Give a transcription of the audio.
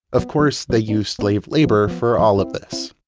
of course, they used slave labor for all of this.